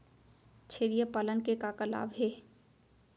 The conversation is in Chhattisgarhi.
छेरिया पालन के का का लाभ हे?